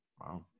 Wow